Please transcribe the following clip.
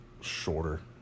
shorter